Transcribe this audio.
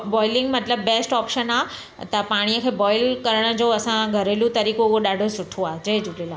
boiling मतिलबु best option आहे त पाणीअ खे बॉइल करण जो असां घरेलू तरीक़ो उहा ॾाढो सुठो आहे जय झूलेलाल